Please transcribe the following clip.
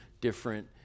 different